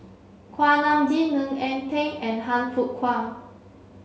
Kuak Nam Jin Ng Eng Teng and Han Fook Kwang